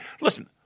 listen